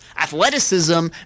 athleticism